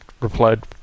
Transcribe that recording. replied